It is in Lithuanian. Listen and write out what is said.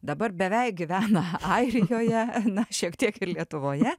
dabar beveik gyvena airijoje na šiek tiek ir lietuvoje